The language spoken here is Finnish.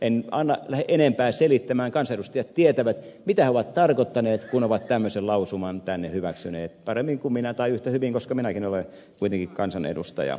en lähde enempää selittämään kansanedustajat tietävät mitä he ovat tarkoittaneet kun ovat tämmöisen lausuman tänne hyväksyneet paremmin kuin minä tai yhtä hyvin koska minäkin olen kuitenkin kansanedustaja